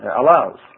allows